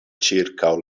ĉirkaŭ